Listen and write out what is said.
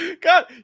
God